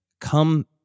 come